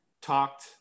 talked